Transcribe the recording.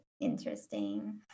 interesting